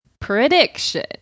prediction